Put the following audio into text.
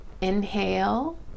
inhale